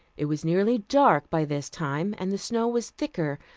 it was nearly dark by this time, and the snow was thicker,